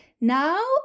Now